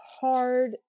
hard